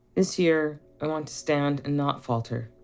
this year, i want to stand and not falter.